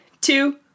two